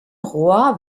rohr